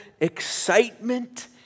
excitement